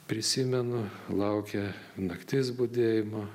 prisimenu laukia naktis budėjimo